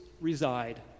reside